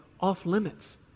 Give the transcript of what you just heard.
off-limits